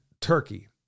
Turkey